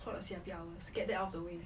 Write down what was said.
clock the C_I_P hours get that out of the way